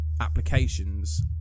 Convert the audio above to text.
applications